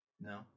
No